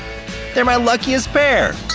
they're my luckiest pair.